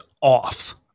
off